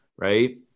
Right